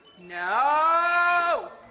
No